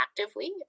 actively